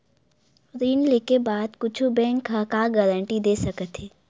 ऋण लेके बाद कुछु बैंक ह का गारेंटी दे सकत हे?